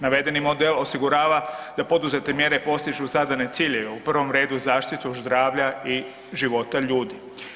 Navedeni model osigurava da poduzete mjere postižu zadane ciljeve, u prvom redu zaštitu zdravlja i života ljudi.